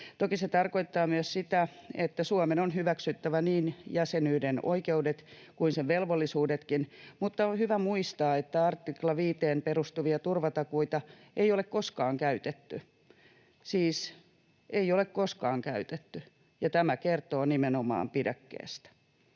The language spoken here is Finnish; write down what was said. Toki se tarkoittaa myös sitä, että Suomen on hyväksyttävä niin jäsenyyden oikeudet kuin sen velvollisuudetkin, mutta on hyvä muistaa, että artikla 5:een perustuvia turvatakuita ei ole koskaan käytetty. Siis ei ole koskaan käytetty, ja tämä kertoo nimenomaan pidäkkeestä.